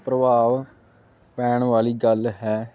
ਪ੍ਰਭਾਵ ਪੈਣ ਵਾਲੀ ਗੱਲ ਹੈ